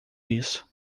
isso